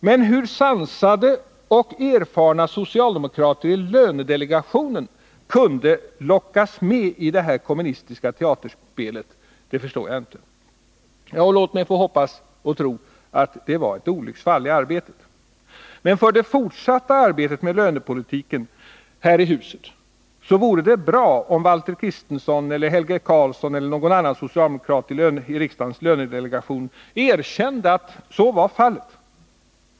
Men hur sansade och erfarna socialdemokrater i lönedelegationen kunde lockas med i det kommunistiska teaterspelet, det förstår jag inte. Låt mig få hoppas och tro att det var ett olycksfall i arbetet. För det fortsatta arbetet med lönepolitiken här i huset vore det bra om Valter Kristenson, Helge Karlsson eller någon annan socialdemokrat i riksdagens lönedelegation erkände att så var fallet.